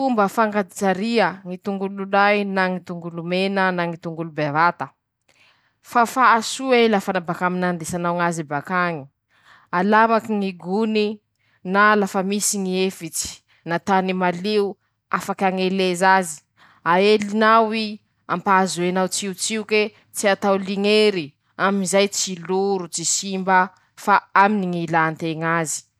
Fomba fañajaria ñy tongolo lay na ñy tongolo menana na ñy tongolo bevata: -Fafà so'ey lafa aminy baka nañandesanao ñazy bakañy ;alamaky ñy gony, na lafa misy ñy efitsy, na tany malio, afaky añeleza azy, aelinao i,ampahazoenao tsiotsioke, tsy atao liñery, amizay tsy lo ro tsy simbafa aminy ñy ilàn-teña azy.